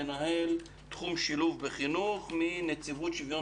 מנהל תחום שילוב בחינוך בנציבות שוויון